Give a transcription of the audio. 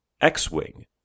X-Wing